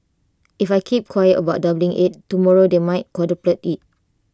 if I keep quiet about doubling IT tomorrow they might quadruple IT